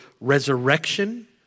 resurrection